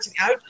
out